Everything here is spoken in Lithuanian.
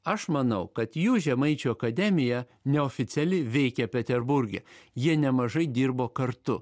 aš manau kad jų žemaičių akademija neoficiali veikė peterburge jie nemažai dirbo kartu